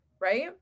right